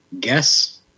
guess